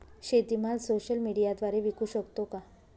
शेतीमाल सोशल मीडियाद्वारे विकू शकतो का?